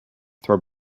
throw